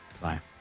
Bye